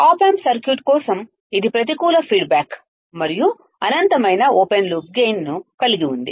ఆప్ amp circuit కోసం ఇది ప్రతికూల ఫీడ్ బ్యాక్ మరియు అనంతమైన ఓపెన్ లూప్ గైన్ ను కలిగి ఉంది